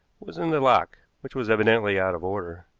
was in the lock, which was evidently out of order.